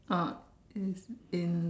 uh it's in